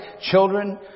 children